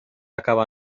acaba